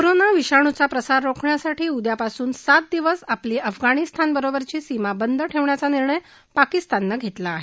corona विषाणूचा प्रसार रोखण्यासाठी उद्यापासून सात दिवस आपली अफगाणिस्तानबरोबरची सीमा बंद ठेवण्याचा निर्णय पाकिस्ताननं घेतला आहे